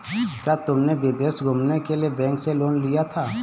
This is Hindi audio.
क्या तुमने विदेश घूमने के लिए बैंक से लोन लिया था?